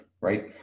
right